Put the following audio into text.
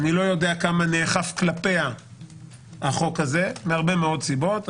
אני לא יודע עד כמה נאכף כלפיה החוק הזה מהרבה מאוד סיבות,